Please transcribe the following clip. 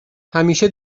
همیشه